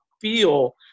feel